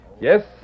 Yes